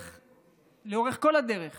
שלאורך כל הדרך